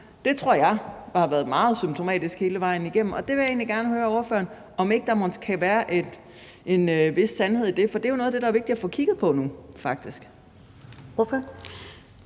Det tror jeg har været meget symptomatisk hele vejen igennem, og det vil jeg egentlig gerne høre ordføreren om ikke der mon kan være en vis sandhed i. For det er jo noget af det, der er vigtigt at få kigget på nu, faktisk.